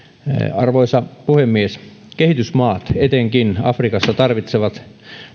arvoisa puhemies kehitysmaat etenkin afrikassa tarvitsevat